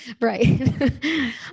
right